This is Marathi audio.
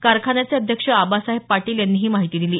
कारखान्याचे अध्यक्ष आबासाहेब पाटील यांनी ही माहिती दिली